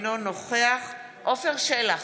אינו נוכח עפר שלח,